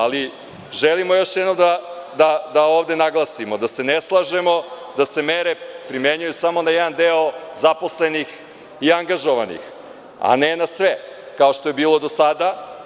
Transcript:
Ali, želimo još jednom da naglasimo da se ne slažemo da se mere primenjuju samo na jedan deo zaposlenih i angažovanih, a ne na sve, kao što je bilo do sada.